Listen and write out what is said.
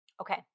okay